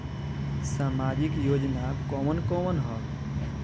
सामाजिक योजना कवन कवन ह?